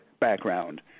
background